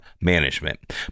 management